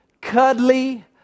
cuddly